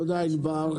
תודה, ענבר.